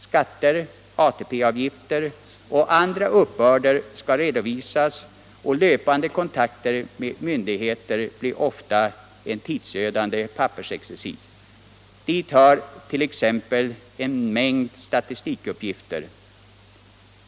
Skatter, ATP-avgifter och andra uppbörder skall redovisas och löpande kontakter med myndigheter blir ofta en tidsödande pappersexercis — dit hör t.ex. en mängd statistikuppgifter.